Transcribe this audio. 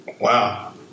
Wow